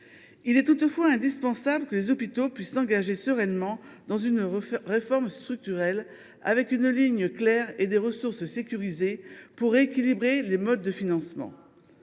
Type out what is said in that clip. Il est pourtant indispensable que les hôpitaux s’engagent sereinement dans une réforme structurelle, selon une ligne claire et avec des ressources sécurisées afin de rééquilibrer les modes de financement.